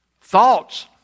thoughts